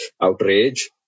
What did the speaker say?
outrage